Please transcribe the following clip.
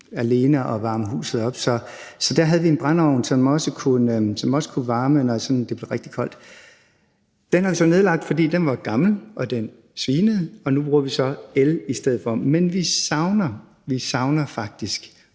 bære at varme huse op alene. Så der havde vi en brændeovn, som også kunne varme, når det sådan blev rigtig koldt. Den har vi så nedlagt, fordi den var gammel og svinede, og nu bruger vi el i stedet for. Men vi savner faktisk